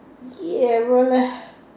yeah roll lah